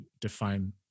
define